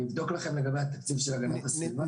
אני אבדוק לכם לגבי התקציב של הגנת הסביבה.